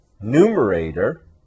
numerator